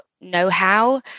know-how